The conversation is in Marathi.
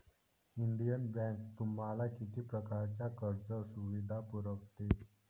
इंडियन बँक तुम्हाला किती प्रकारच्या कर्ज सुविधा पुरवते?